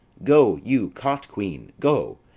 go, you cot-quean, go,